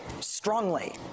strongly